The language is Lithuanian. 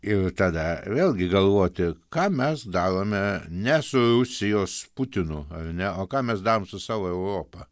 ir tada vėlgi galvoti ką mes darome ne su rusijos putinu ar ne o ką mes darom su savo europa